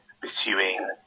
pursuing